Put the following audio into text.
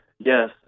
Yes